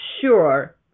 sure